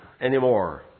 anymore